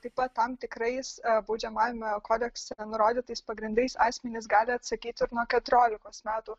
taip pat tam tikrais e baudžiamajame kodekse nurodytais pagrindais asmenys gali atsakyti ir nuo keturiolikos metų